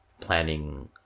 planning